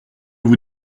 vous